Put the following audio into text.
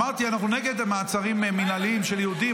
אמרתי, אנחנו נגד מעצרים מינהליים של יהודים.